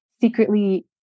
secretly